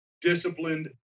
disciplined